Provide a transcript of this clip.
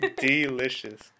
delicious